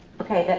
okay,